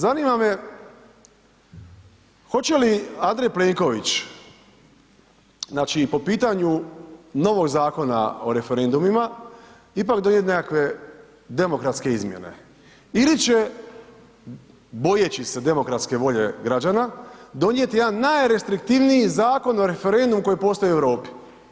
Zanima me hoće li Andrej Plenković, znači po pitanju novog Zakona o referendumima ipak donijet nekakve demokratske izmjene ili će bojeći se demokratske volje građana donijeti jedan najrestriktivniji Zakon o referendumu koji postoji u Europi?